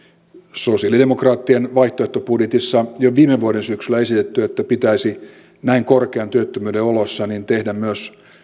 sosialidemokraattien vaihtoehtobudjetissa jo viime vuoden syksyllä esitetty että pitäisi näin korkean työttömyyden oloissa tehdä myös